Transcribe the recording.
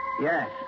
Yes